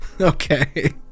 Okay